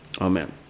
Amen